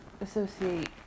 associate